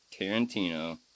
Tarantino